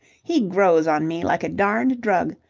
he grows on me like a darned drug.